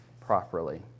properly